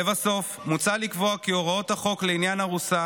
לבסוף, מוצע לקבוע כי הוראות החוק לעניין ארוסה